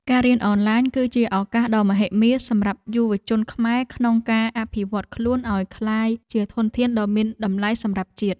ការរៀនអនឡាញ គឺជាឱកាសដ៏មហិមាសម្រាប់យុវជនខ្មែរក្នុងការអភិវឌ្ឍន៍ខ្លួនឱ្យក្លាយជាធនធានដ៏មានតម្លៃសម្រាប់ជាតិ។